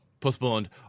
postponed